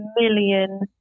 million